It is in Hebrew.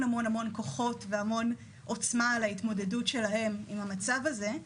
כוחות והמון עוצמה על ההתמודדות שלהם עם המצב הזה.